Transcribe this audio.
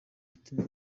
mitima